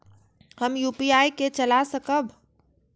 हम यू.पी.आई के चला सकब?